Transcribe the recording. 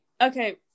okay